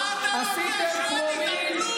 אנחנו עשינו את רפורמת היבוא.